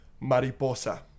Mariposa